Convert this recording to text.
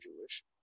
Jewish